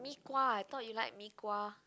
mee-kuah I thought you like mee-kuah